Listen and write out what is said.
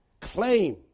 Claim